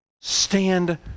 stand